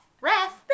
Ref